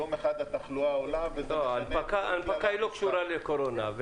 יום אחד התחלואה עולה --- ההנפקה לא קשורה לקורונה.